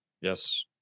Yes